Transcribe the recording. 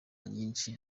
nyinshi